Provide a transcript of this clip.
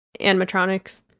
animatronics